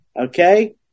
Okay